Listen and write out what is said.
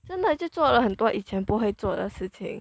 真的就做了很多以前不会做的事情